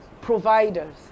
providers